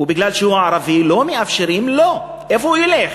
ובגלל שהוא ערבי לא מאפשרים לו, איפה הוא ילך?